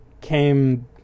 came